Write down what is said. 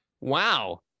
wow